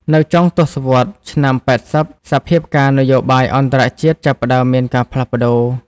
នៅចុងទសវត្សរ៍ឆ្នាំ ៨០ សភាពការណ៍នយោបាយអន្តរជាតិចាប់ផ្តើមមានការផ្លាស់ប្តូរ។